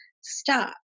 stop